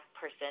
person